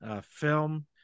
film